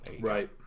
right